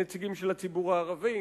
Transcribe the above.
נציגים של הציבור הערבי,